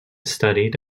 studied